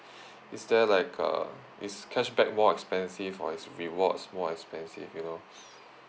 is there like a is cashback more expensive or is rewards more expensive you know